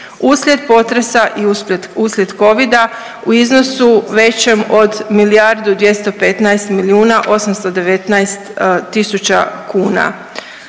uslijed potresa i uslijed covida u iznosu većem od milijardu